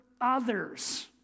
Others